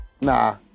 Nah